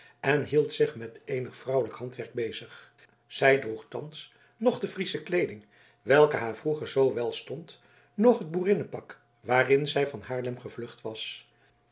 en hield zich met eenig vrouwelijk handwerk bezig zij droeg thans noch de friesche kleeding welke haar vroeger zoo wel stond noch het boerinnenpak waarin zij van haarlem gevlucht was